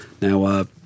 Now –